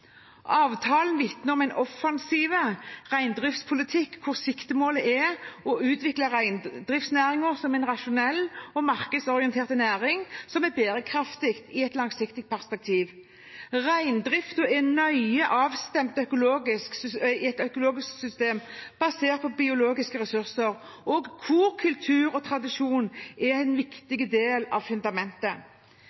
Avtalen vitner om en offensiv reindriftspolitikk hvor siktemålet er å utvikle reindriftsnæringen som en rasjonell og markedsorientert næring som er bærekraftig i et langsiktig perspektiv. Reindriften er et nøye avstemt økologisk system basert på biologiske ressurser, hvor kultur og tradisjon er en